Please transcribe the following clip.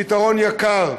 פתרון יקר,